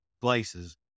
places